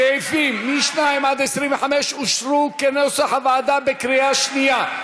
סעיפים 2 25 אושרו כנוסח הוועדה בקריאה שנייה.